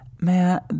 man